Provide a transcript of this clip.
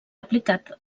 aplicat